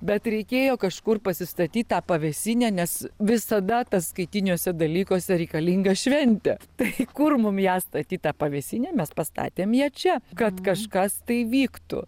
bet reikėjo kažkur pasistatyt tą pavėsinę nes visada ataskaitiniuose dalykuose reikalinga šventė tai kur mum ją statyt tą pavėsinę mes pastatėm ją čia kad kažkas tai vyktų